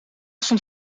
stond